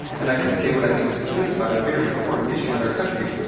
and i can say what i think is the truth about a very important issue in our country.